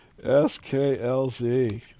SKLZ